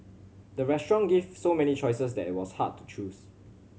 the restaurant gave so many choices that it was hard to choose